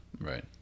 Right